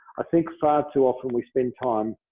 i think far too often, we spend time,